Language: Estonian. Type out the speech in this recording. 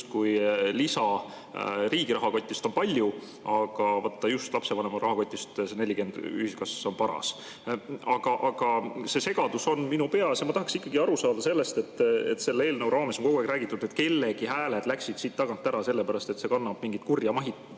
justkui lisa riigi rahakotist on palju, aga võtta just lapsevanema rahakotist see 40 eurot ühiskassasse on paras. Aga see segadus minu peas on ja ma tahaksin ikkagi aru saada sellest, et selle eelnõu puhul on kogu aeg räägitud, et kellelgi hääled läksid tagant ära, sellepärast et see kannab mingit kurja